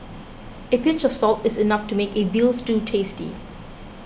a pinch of salt is enough to make a Veal Stew tasty